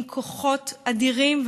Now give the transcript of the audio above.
עם כוחות אדירים,